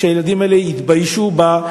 שהילדים האלה יתביישו בה,